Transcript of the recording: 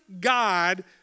God